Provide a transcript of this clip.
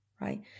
right